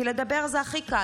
כי לדבר זה הכי קל,